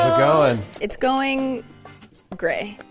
ah going? it's going gray